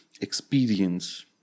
experience